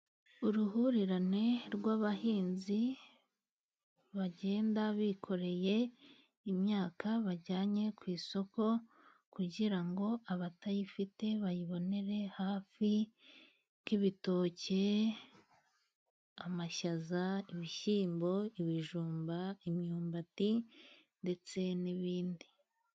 Uruhurirane rw'abahinzi, bagenda bikoreye imyaka bajyanye ku isoko, kugira ngo abatayifite bayibonere hafi nk'ibitoki, amashaza, ibishyimbo, ibijumba, imyumbati, ndetse n'ibindi.